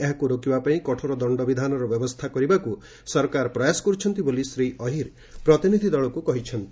ଏହାକୁ ରୋକିବା ପାଇଁ କଠୋର ଦଣ୍ଡବିଧାନର ବ୍ୟବସ୍ଥା କରିବାକୃ ସରକାର ପ୍ରୟାସ କର୍ରଛନ୍ତି ବୋଲି ଶ୍ରୀ ଅହିର ପ୍ରତିନିଧି ଦଳକୁ କହିଛନ୍ତି